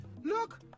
Look